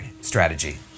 Strategy